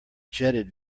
jetted